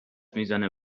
میزنه